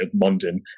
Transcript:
London